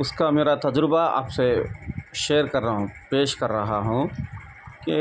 اس کا میرا تجربہ آپ سے شیئر کر رہا ہوں پیش کر رہا ہوں کہ